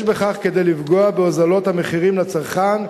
בכך כדי לפגוע בהוזלות המחירים לצרכן,